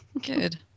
Good